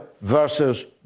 versus